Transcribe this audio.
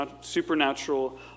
supernatural